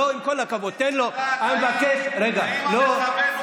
עם כל הכבוד, תן לו, האם המחבל הוא לוחם חופש?